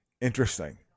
Interesting